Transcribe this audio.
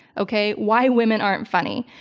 okay, why women aren't funny.